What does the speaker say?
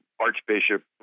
archbishop